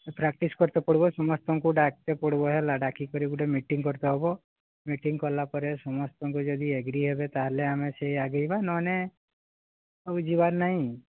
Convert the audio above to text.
practice କରିତେ ପଡ଼ିବ ସମସ୍ତଙ୍କୁ ଡାକତେ ପଡ଼ିବ ହେଲା ଡାକିକରି ଗୋଟେ ମିଟିଙ୍ଗ୍ କରତେ ହବ ମିଟିଙ୍ଗ୍ କଲାପରେ ସମସ୍ତଙ୍କୁ ଯଦି ଏଗ୍ରି ହେବେ ତାହେଲେ ଆମେ ସେ ଆଗେଇବା ନହେଲେ ଆଗକୁ ଯିବାର ନାହିଁ